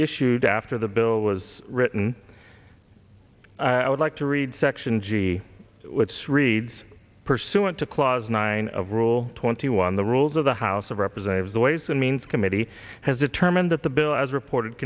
issued after the bill was written i would like to read section g what's reads pursuant to clause nine of rule twenty one the rules of the house of representatives the ways and means committee has determined that the bill as reported